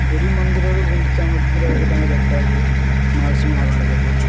ପୁରୀ ମନ୍ଦିରରୁ ଗୁଣ୍ଡିଚା ମନ୍ଦିର ଯାକେ ତାଙ୍କ ଯାତ୍ରା ହୁଏ ମାଉସୀ ମାଆ ଘର ଯାକେ